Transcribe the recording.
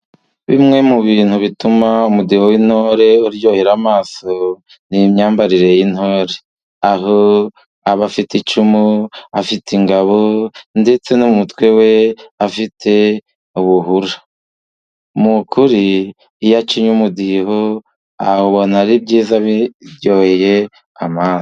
Bimwe mu bintu bituma umudiho w'intore uryohera amaso ni imyambarire y'intore, aho aba afite icumu, afite ingabo ndetse no mu mutwe we afite ubuhura. Ni ukuri iyo acinye umudiho ubona ari byiza biryoye amaso.